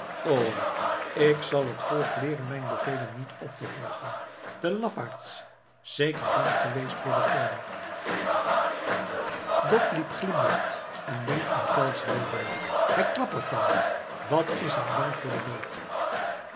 o ik zal het volk leeren mijne bevelen niet op te volgen de lafaards zeker bang geweest voor de föhn gottlieb glimlacht en denkt aan tell's woorden hij klappertandt wat is hij bang voor den dood